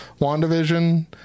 WandaVision